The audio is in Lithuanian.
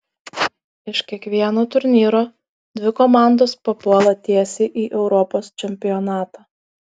iš kiekvieno turnyro dvi komandos papuola tiesiai į europos čempionatą